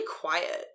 quiet